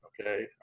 Okay